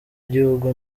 igihugu